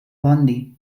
bondy